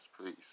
please